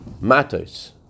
Matos